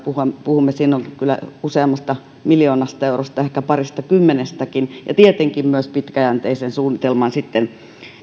puhumme siinä kyllä useammasta miljoonasta eurosta ehkä paristakymmenestäkin ja tietenkin myös pitkäjänteisen suunnitelman